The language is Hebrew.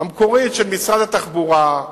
של משרד התחבורה,